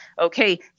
okay